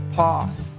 path